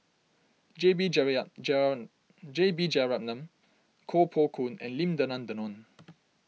J B J B Jeyaretnam Koh Poh Koon and Lim Denan Denon